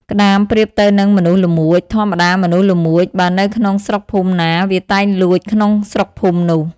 ក្ដាម ប្រៀបទៅនឹងមនុស្សល្មួច ធម្មតាមនុស្សល្មួច បើនៅក្នុងស្រុកភូមិណា វាតែងលួចក្នុងស្រុកភូមិនោះ ។